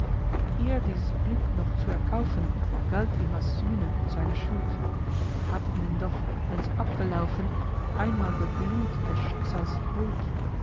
ihr dieses glück noch zu erkaufen galt ihm als sühne seiner schuld hatt ihnen doch wenn's abgelaufen einmal geblüht des schicksals huld